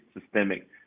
systemic